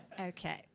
Okay